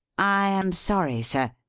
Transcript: i am sorry sir,